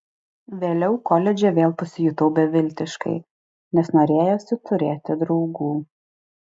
vėliau koledže vėl pasijutau beviltiškai nes norėjosi turėti draugų